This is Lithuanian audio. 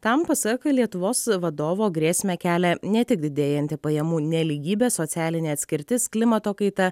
tam pasak lietuvos vadovo grėsmę kelia ne tik didėjanti pajamų nelygybė socialinė atskirtis klimato kaita